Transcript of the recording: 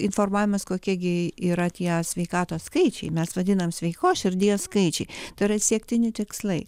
informavimas kokie gi yra tie sveikatos skaičiai mes vadinam sveikos širdies skaičiai turi siektini tikslai